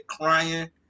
crying